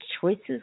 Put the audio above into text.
choices